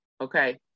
Okay